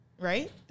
Right